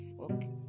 Okay